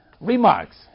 remarks